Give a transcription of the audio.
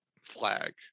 flag